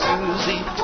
Susie